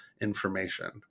information